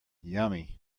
yummy